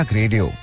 radio